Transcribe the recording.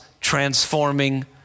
transforming